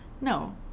No